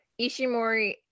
Ishimori